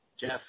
Jeff